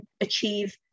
achieve